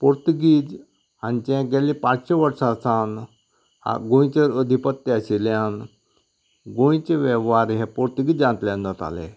पोर्तुगीज हांचे गेल्ले पांचशें वर्सा सावन गोंयचेर अधिपत्य आशिल्ल्यान गोंयचे वेव्हार हे पोर्तुगिजांतल्यान जाताले